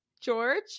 George